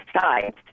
sides